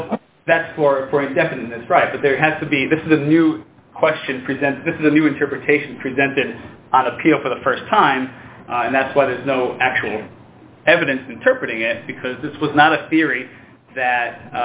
but there has to be this is a new question presented this is a new interpretation presented on appeal for the st time and that's why there's no actual evidence interpretive again because this was not a theory that